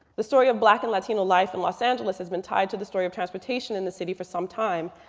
the story of black and latino life in los angeles has been tied to the story of transportation in the city for some time.